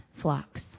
flocks